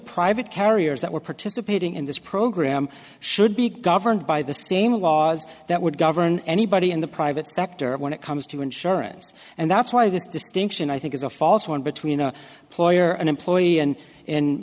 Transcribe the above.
private carriers that were participating in this program should be governed by the same laws that would govern anybody in the private sector when it comes to insurance and that's why this distinction i think is a false one between a ploy or an employee and in